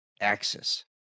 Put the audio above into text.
axis